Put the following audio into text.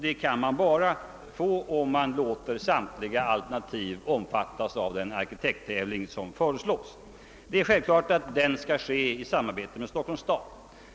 Det kan man bara få, om man låter samtliga alternativ omfattas av den arkitekttävlan som föreslås. Det är självklart att den skall ske i samarbete med Stockholms stad.